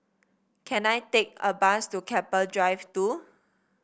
can I take a bus to Keppel Drive Two